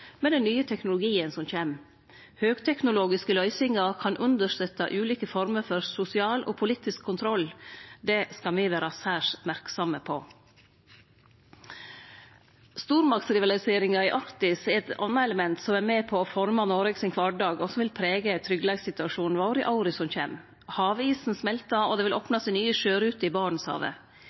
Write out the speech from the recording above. med den nye teknologien som kjem. Høgteknologiske løysingar kan understøtte ulike former for sosial og politisk kontroll, det skal me vere særs merksame på. Stormaktsrivaliseringa i Arktis er eit anna element som er med på å forme kvardagen i Noreg, og som vil prege tryggleikssituasjonen vår i åra som kjem. Havisen smeltar, og det vil opne seg nye sjøruter i